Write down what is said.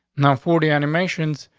now, forty animations.